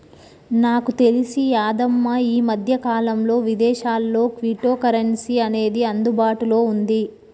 నాకు తెలిసి యాదమ్మ ఈ మధ్యకాలంలో విదేశాల్లో క్విటో కరెన్సీ అనేది అందుబాటులో ఉంది